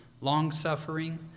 long-suffering